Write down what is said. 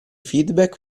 feedback